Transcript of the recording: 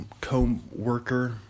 co-worker